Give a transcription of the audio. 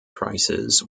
prices